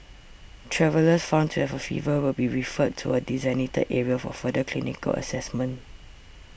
travellers found to have a fever will be referred to a designated area for further clinical assessment